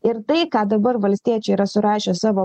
ir tai ką dabar valstiečiai yra surašę savo